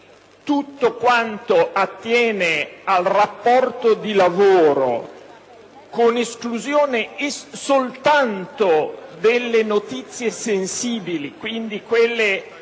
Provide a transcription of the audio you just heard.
informazioni attinenti al rapporto di lavoro, con esclusione soltanto delle notizie sensibili (quindi quelle